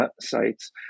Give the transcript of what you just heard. sites